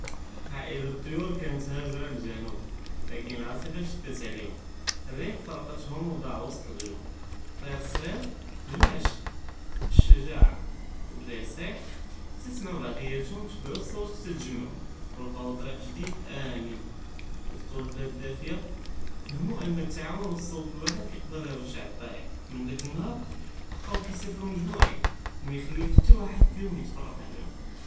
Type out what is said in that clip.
פי עספה קווויה אלאמواج ג'אבת ספינה מא מערפאש ללשט, אלנאס תאג'מעו יושופו, לקין מא קאן חתא ואחד פיהא ג'יר צונדוק כביר מסתור, פאש פהלו לקטו רסאיל מן בהארה ד'איעין כתתלב אלמוסאעה, שבאב אלקאריה קרו ירכבו אלספינה ואלבהר באש ילקאוו אלבהארה, קנת ריחלה מלאנה מג'אמראת, לקין ווסלו עטקוהם, אלספינה ריג'עת רמז לשג'עה ו אלוופא, בקאת קיסתה קתתעאוד.